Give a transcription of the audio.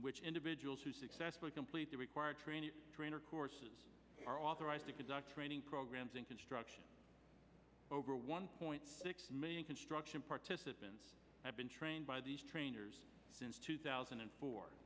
which individuals who successfully complete the required training trainer courses are authorized to conduct training programs in construction over one point six million construction participants have been trained by these trainers since two thousand and four